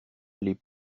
les